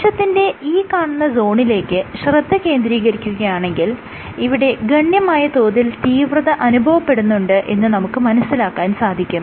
കോശത്തിന്റെ ഈ കാണുന്ന സോണിലേക്ക് ശ്രദ്ധ കേന്ദ്രീകരിക്കുകയാണെങ്കിൽ ഇവിടെ ഗണ്യമായ തോതിൽ തീവ്രത അനുഭവപ്പെടുന്നുണ്ട് എന്ന് നമുക്ക് മനസ്സിലാക്കാൻ സാധിക്കും